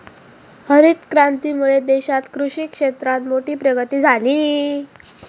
हरीत क्रांतीमुळे देशात कृषि क्षेत्रात मोठी प्रगती झाली